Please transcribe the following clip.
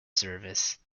service